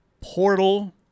Portal